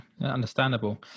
Understandable